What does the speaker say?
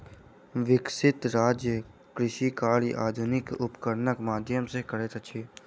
विकसित राज्य कृषि कार्य आधुनिक उपकरणक माध्यम सॅ करैत अछि